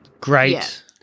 Great